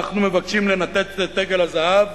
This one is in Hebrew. אנחנו מבקשים לנתץ את עגל הזהב,